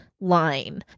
line